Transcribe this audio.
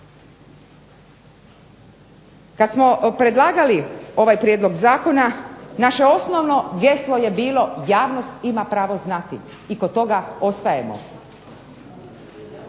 Kad smo predlagali ovaj prijedlog zakona, naše osnovno geslo je bilo javnost ima pravo znati, i kod toga ostajemo.